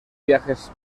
viajes